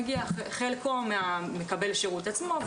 וחלקו של המימון מגיע ממקבל השירות עצמו,